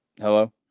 Hello